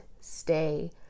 stay